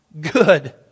good